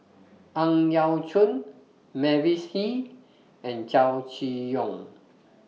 Ang Yau Choon Mavis Hee and Chow Chee Yong